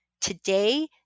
today